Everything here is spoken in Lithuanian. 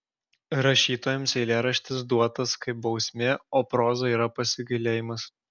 rašytojams eilėraštis duotas kaip bausmė o proza yra pasigailėjimas